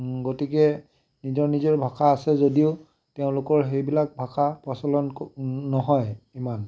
গতিকে নিজৰ নিজৰ ভাষা আছে যদিও তেওঁলোকৰ সেইবিলাক ভাষা প্ৰচলন নহয় ইমান